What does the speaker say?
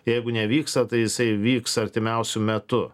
jeigu nevyksta tai jisai įvyks artimiausiu metu